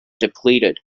depleted